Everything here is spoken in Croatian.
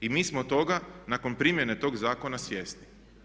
I mi smo toga nakon primjene tog zakona svjesni.